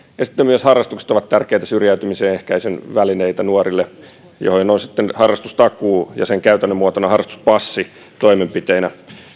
ja sitten myös harrastukset ovat tärkeitä syrjäytymisen ehkäisyn välineitä nuorille ja niihin kuuluu harrastustakuu ja sen käytännön muotona harrastuspassi toimenpiteenä